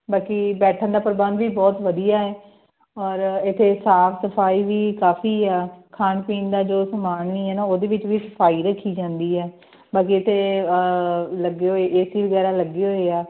ਬਾਕੀ ਬੈਠਣ ਦਾ ਪ੍ਰਬੰਧ ਵੀ ਬਹੁਤ ਵਧੀਆ ਹੈ ਔਰ ਇੱਥੇ ਸਾਫ਼ ਸਫ਼ਾਈ ਵੀ ਕਾਫੀ ਆ ਖਾਣ ਪੀਣ ਦਾ ਜੋ ਸਮਾਨ ਵੀ ਆ ਨਾ ਉਹਦੇ ਵਿੱਚ ਵੀ ਸਫ਼ਾਈ ਰੱਖੀ ਜਾਂਦੀ ਹੈ ਬਾਕੀ ਇੱਥੇ ਲੱਗੇ ਹੋਏ ਏਸੀ ਵਗੈਰਾ ਲੱਗੇ ਹੋਏ ਆ